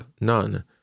none